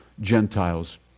Gentiles